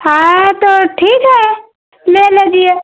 हाँ तो ठीक है ले लीजिए